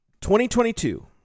2022